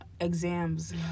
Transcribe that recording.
exams